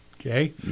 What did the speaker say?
okay